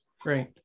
Great